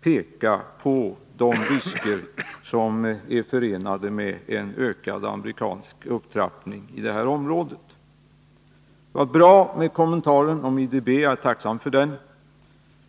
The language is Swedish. peka på de risker som är förenade med en ökad amerikansk upptrappning i det området. Jag är tacksam för utrikesministerns kommentar om IDB.